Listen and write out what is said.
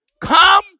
Come